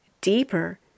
deeper